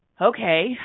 Okay